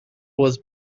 was